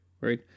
right